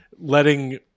letting